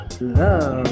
Love